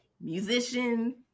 musician